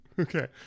Okay